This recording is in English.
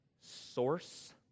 source